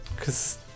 Cause